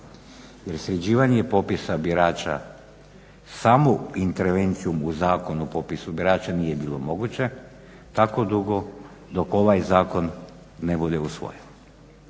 Jer sređivanje popisa birača samo intervencijom u Zakon o popisu birača nije bilo moguće tako dugo dok ovaj zakon ne bude usvojen.